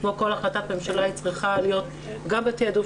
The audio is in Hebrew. כמו כל החלטת ממשלה היא צריכה להיות גם בתיעדוף